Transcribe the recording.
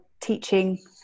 teaching